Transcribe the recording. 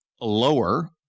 lower